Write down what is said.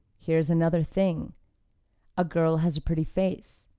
here is another thing a girl has a pretty face.